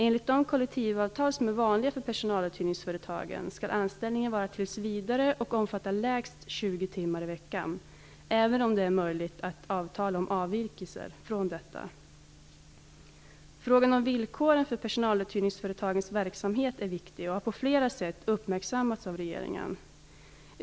Enligt de kollektivavtal som är vanliga för personaluthyrningsföretagen skall anställningen vara tills vidare och omfatta lägst 20 timmar i veckan, även om det är möjligt att avtala om avvikelser från detta. Frågan om villkoren för personaluthyrningsföretagens verksamhet är viktig och har på flera sätt uppmärksammats av regeringen.